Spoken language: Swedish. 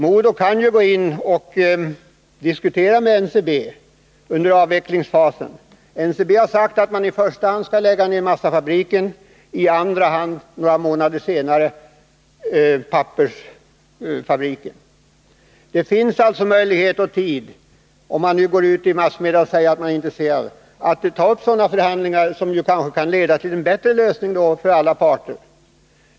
MoDo kan ju under avvecklingsfasen diskutera med NCB. NCB har sagt att man i första hand skall lägga ned massafabriken och i andra hand, några månader senare, pappersfabriken. Går någon ut i massmedia och säger sig vara intresserad, finns det alltså möjligheter att ta upp förhandlingar som kan leda till en bättre lösning för alla parter.